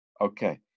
Okay